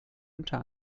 unter